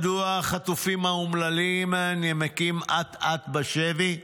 מדוע החטופים האומללים נמקים אט-אט בשבי,